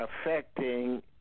affecting